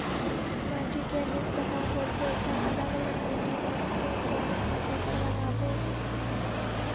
माटी के अनेक प्रकार होथे ता अलग अलग माटी मा कोन कौन सा फसल लगाबो?